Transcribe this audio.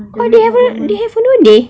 they have a they have ondeh-ondeh